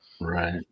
right